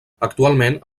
actualment